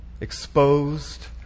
exposed